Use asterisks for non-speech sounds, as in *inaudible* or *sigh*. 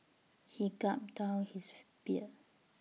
he gulped down his *hesitation* beer